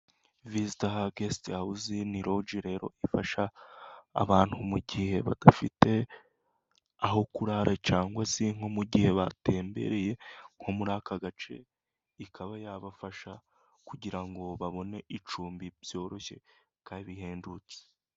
Visita gesiti hawuzi, ni roge rero ifasha abantu mu gihe badafite aho kurara, cyangwa se nko mu gihe batembereye, nko muri aka gace ikaba yabafasha, kugira ngo babone icumbi byoroshye, kandi rihendutse.